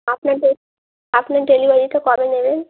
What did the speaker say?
আপনার ডে আপনার ডেলিভারিটা কবে নেবেন